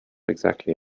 exactly